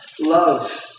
love